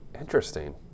Interesting